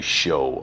show